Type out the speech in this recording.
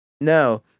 no